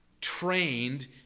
Trained